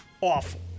awful